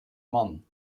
mann